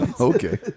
Okay